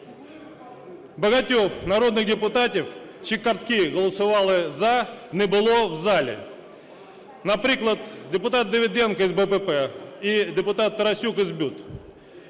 Багатьох народних депутатів, чиї картки голосували "за", не було в залі. Наприклад, депутат Давиденко із БПП і депутат Тарасюк із БЮТ.